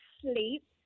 sleep